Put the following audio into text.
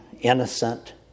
innocent